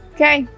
Okay